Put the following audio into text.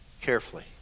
carefully